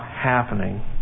happening